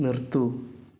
നിർത്തൂ